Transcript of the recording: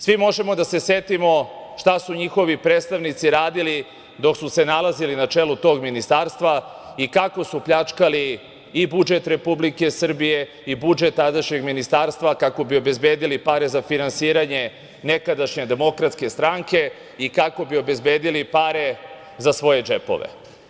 Svi možemo da se setimo šta su njihovi predstavnici radili dok su se nalazili na čelu tog Ministarstva i kako su pljačkali i budžet Republike Srbije i budžet tadašnjeg Ministarstva, kako bi obezbedili pare za finansiranje nekadašnje DS i kako bi obezbedili pare za svoje džepove.